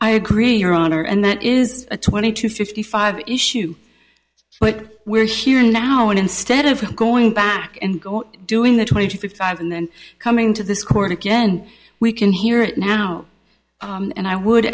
i agree your honor and that is a twenty to fifty five issue but we're here now and instead of going back and go doing the twenty five and then coming to this court again we can hear it now and i would